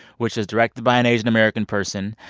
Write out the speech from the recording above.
which is directed by an asian-american person,